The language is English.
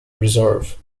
reserve